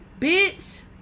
bitch